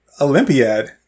Olympiad